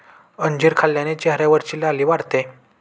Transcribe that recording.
अंजीर खाल्ल्याने चेहऱ्यावरची लाली वाढते